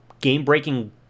game-breaking